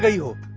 ah you?